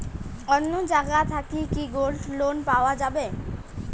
অন্য জায়গা থাকি কি গোল্ড লোন পাওয়া যাবে?